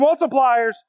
multipliers